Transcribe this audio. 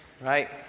right